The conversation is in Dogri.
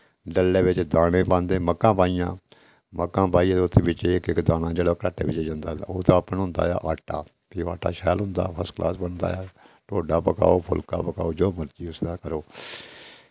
डल्ले बिच्च दाने पांदे मक्कां पाइयां मक्कां पाइयै ते उसदे बिच्च इक इक दाना जेह्ड़ा घराटे बिच्च जंदा उसदा पेयोंदा ऐ आट्टा फ्ही ओह् आटा शैल होंदा फर्स्ट क्लास बनदा ऐ टोडा पकाओ फुल्का पकाओ जो मर्जी उसदा करो